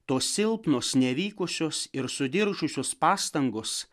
tos silpnos nevykusios ir sudiržusios pastangos